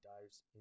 dives